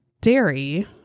dairy